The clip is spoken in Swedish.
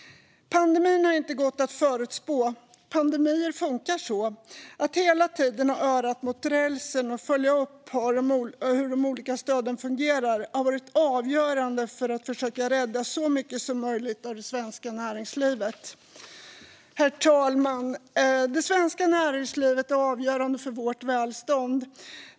Pandemin har inte gått att förutspå. Så funkar pandemier. Att hela tiden ha örat mot rälsen och följa upp hur de olika stöden fungerar har varit avgörande för att försöka rädda så mycket som möjligt av det svenska näringslivet. Herr talman! Det svenska näringslivet är avgörande för vårt välstånd.